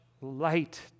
light